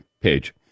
page